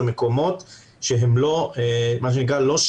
אלה מקומות שהם לא שלי,